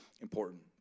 important